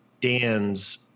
dan's